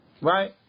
Right